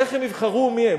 איך הם יבחרו מי מהם?